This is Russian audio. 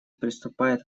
приступает